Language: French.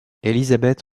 élisabeth